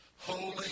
holy